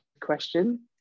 question